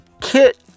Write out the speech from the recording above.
kit